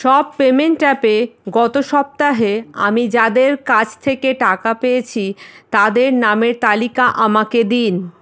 সব পেমেন্ট অ্যাপে গত সপ্তাহে আমি যাদের কাছ থেকে টাকা পেয়েছি তাদের নামের তালিকা আমাকে দিন